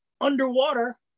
underwater